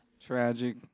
Tragic